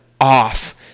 off